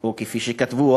או כפי שכתבו,